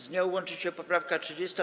Z nią łączy się poprawka 30.